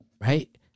Right